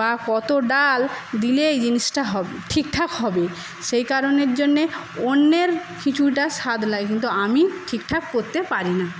বা কত ডাল দিলে এই জিনিসটা হবে ঠিকঠাক হবে সেই কারণের জন্যে অন্যের খিচুড়িটা স্বাদ লাগে কিন্তু আমি ঠিকঠাক করতে পারি না